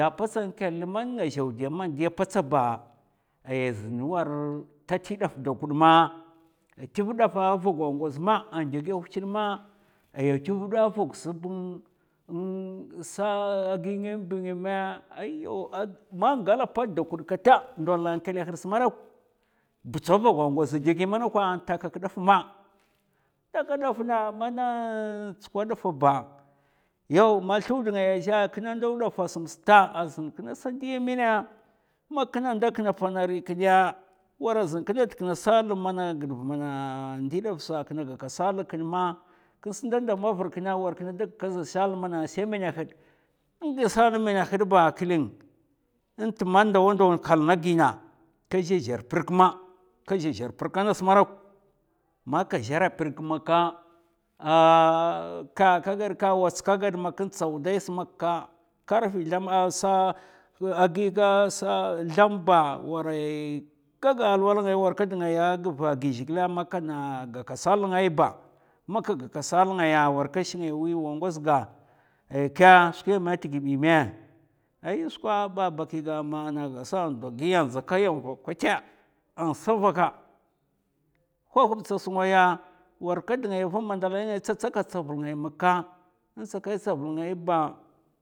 Dɓ patsa kalna man nga szèw di man diya a patsa ba ayya zin ta ti daf dakud ma a tèv dafa vogwa a ngoz ma an dè ghiya huchèd ma aya tvèda vog sabn sa'a, a gi ngèm bi ngèmè ayaw man gala pats dakud kata ndolola kèla had sma dok butsa a vogwa a ngoz a dè gi mana kwa am takak daf ma taka daf na mana tskwa dafa ba yaw man zlud nga zhè kina ndaw dafa sam stad a zin kina sa ndiya mèna, man kina nda a kina pana ri kinè war zna kina dkina sal mana gidv mana ndiy daf sa kina gaka sal kin ma kina sa nda nda mavar kina war kina da gaka sal mana sa mènè hèɗ in gi sal mana mènè had ba klèng nt man ndawa ndawa in kalna gina kaza zhèr prik ma kaza zhèr prika ngas dok maka zhèra prik maka kè kaghad kè a watsèka gad in tsaw dai smaka karfè zlam asa ahh gi zlam ba warai gaga alwala ngai war ka dngaya a ghi zhigèlè man ka gaka sal ngai ba, man kaga sal ngaya war ka shik ngaya wi, wa ngoz ga ay kè skwèmè man a tigibi mè? Ay skwa ba bakiga mènè vasa an dwa gi an ɗzaka yam vagwa a sa vaka huhubtsa skwi ngaya war ka dngaya va madalai ngaya tsatsa ka tsaval ngay maka in tsaka tsaval ngay ba,